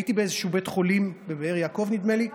הייתי באיזשהו בית חולים, בבאר יעקב, נדמה לי,